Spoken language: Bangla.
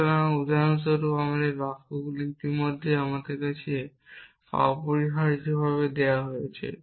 সুতরাং উদাহরণস্বরূপ এই বাক্যগুলি ইতিমধ্যেই আমাদের কাছে অপরিহার্যভাবে দেওয়া হয়েছে